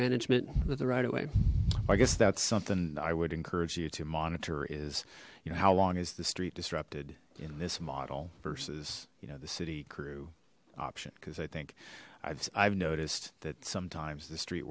the right of way i guess that's something i would encourage you to monitor is you know how long is the street disrupted in this model versus you know the city crew option because i think i've i've noticed that sometimes the street